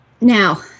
now